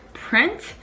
print